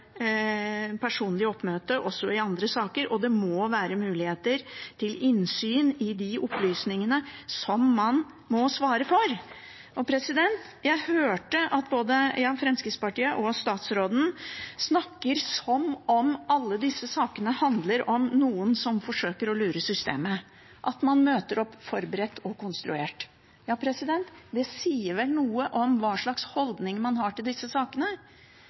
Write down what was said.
personlig oppmøte også i andre saker, og det må være mulighet for innsyn i de opplysningene som man må svare for. Jeg hørte at både Fremskrittspartiet og statsråden snakket som om alle disse sakene handler om noen som forsøker å lure systemet, at man møter opp forberedt og konstruert. Det sier vel noe om hva slags holdning man har til disse sakene.